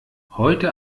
heute